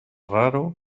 raro